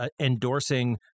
endorsing